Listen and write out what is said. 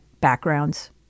backgrounds